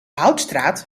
houtstraat